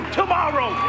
tomorrow